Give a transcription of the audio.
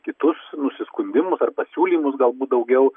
kitus nusiskundimus ar pasiūlymus galbūt daugiau